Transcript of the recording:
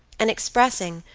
and expressing,